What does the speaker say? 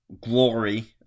glory